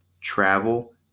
travel